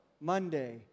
Monday